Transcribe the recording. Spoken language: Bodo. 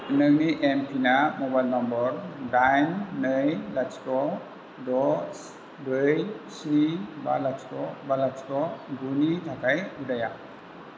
नोंनि एम पिन म'बाइल नम्बर दाइन नै लाथिख' द ब्रै स्नि बा लाथिख' बा लाथिख' गुनि थाखाय उदाया